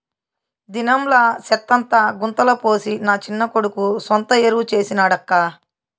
దినంలా సెత్తంతా గుంతల పోసి నా చిన్న కొడుకు సొంత ఎరువు చేసి నాడక్కా